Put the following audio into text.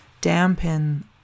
dampen